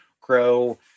grow